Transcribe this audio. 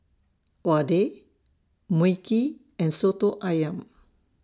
Vadai Mui Kee and Soto Ayam